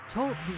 Talk